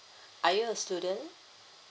are you a student